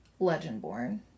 Legendborn